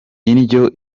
indyo